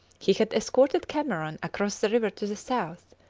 he had escorted cameron across the river to the south,